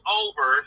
over